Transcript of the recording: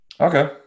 Okay